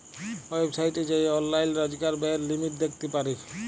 ওয়েবসাইটে যাঁয়ে অললাইল রজকার ব্যয়ের লিমিট দ্যাখতে পারি